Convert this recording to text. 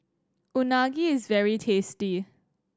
unagi is very tasty